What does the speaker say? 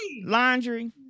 Laundry